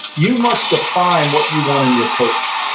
you must define what you want in your coach,